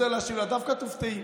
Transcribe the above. דווקא תופתעי.